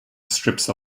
strips